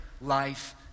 life